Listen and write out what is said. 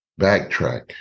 backtrack